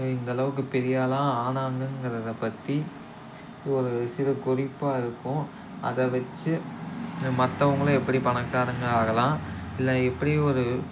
இந்தளவுக்கு பெரிய ஆளாக ஆனாங்கங்கிறத பற்றி ஒரு சிறு குறிப்பாக இருக்கும் அதை வச்சு மற்றவங்களும் எப்படி பணக்காரங்க ஆகலாம் இல்லை எப்படி ஒரு